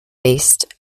based